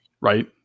Right